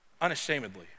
unashamedly